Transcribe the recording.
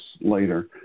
later